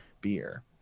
beer